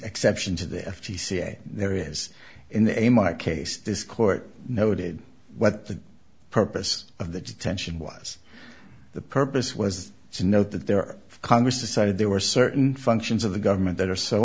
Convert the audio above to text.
exception to the f t c there is in a my case this court noted what the purpose of the detention was the purpose was to note that there are congress decided there were certain functions of the government that are so